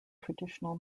traditional